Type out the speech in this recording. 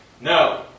no